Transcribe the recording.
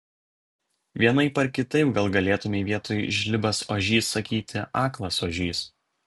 vienaip ar kitaip gal galėtumei vietoj žlibas ožys sakyti aklas ožys